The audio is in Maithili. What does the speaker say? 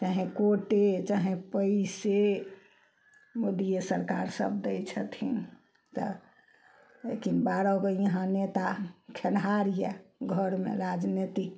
चाहे कोटे चाहे पैसे मोदिये सरकार सभ दै छथिन तऽ लेकिन बारहगो इहाँ नेता खेनहार यऽ घरमे राजनैतिक